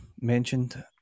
mentioned